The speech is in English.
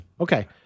Okay